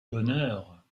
bonheur